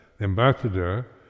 Ambassador